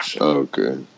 Okay